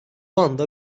anda